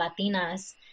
latinas